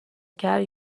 کرد